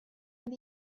and